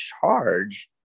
charge